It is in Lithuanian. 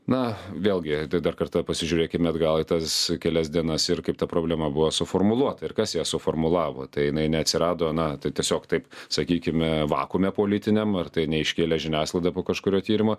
na vėlgi dar kartą pasižiūrėkim atgal į tas kelias dienas ir kaip ta problema buvo suformuluota ir kas ją suformulavo tai jinai neatsirado na tai tiesiog taip sakykime vakuume politiniam ar tai neiškėlė žiniasklaida po kažkurio tyrimo